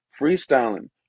freestyling